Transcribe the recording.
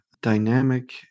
dynamic